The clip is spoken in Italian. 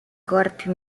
corpi